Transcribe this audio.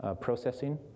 processing